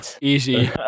Easy